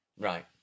Right